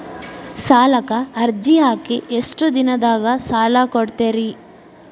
ಸಾಲಕ ಅರ್ಜಿ ಹಾಕಿ ಎಷ್ಟು ದಿನದಾಗ ಸಾಲ ಕೊಡ್ತೇರಿ?